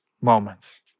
moments